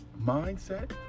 Mindset